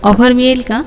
offer मिळेल का